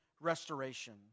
restoration